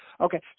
Okay